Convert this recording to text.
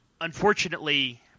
unfortunately